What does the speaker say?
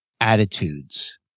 attitudes